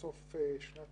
שבסוף שנת